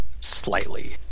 slightly